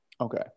Okay